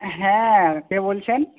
হ্যাঁ কে বলছেন